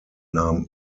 nahm